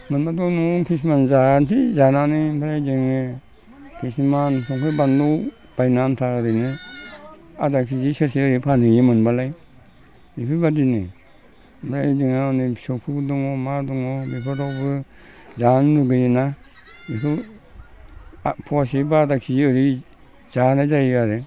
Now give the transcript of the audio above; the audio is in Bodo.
मोनब्लाथ' न'आव किसुमान जानोसै जानानै ओमफ्राय जोङो किसुमान संख्रि बानलु बायनो आन्था ओरैनो आदा केजि सेरसे ओरै फानहैयो मोनबालाय इफोरबादिनो ओमफ्राय जोंहा नै फिसौफोरबो दङ मा दङ बेफोरावबो जानो लुगैयोना बेखौ पवासे बा आदा केजि ओरै जानाय जायो आरो